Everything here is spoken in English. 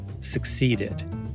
succeeded